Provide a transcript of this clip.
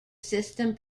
system